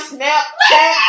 Snapchat